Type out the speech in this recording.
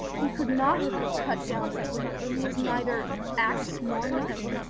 he could not have cut down the tree, for he has neither axe nor knife.